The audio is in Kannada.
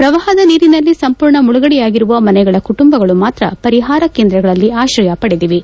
ಪ್ರವಾಹದ ನೀರಿನಲ್ಲಿ ಸಂಪೂರ್ಣ ಮುಳುಗಡೆಯಾಗಿರುವ ಮನೆಗಳ ಕುಟುಂಬಗಳು ಮಾತ್ರ ಪರಿಹಾರ ಕೇಂದ್ರಗಳಲ್ಲಿ ಆಶ್ರಯ ಪಡೆದಿವೆ